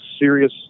serious